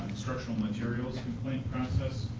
structural materials complaint process